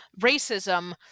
racism